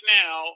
now